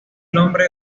nombre